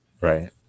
Right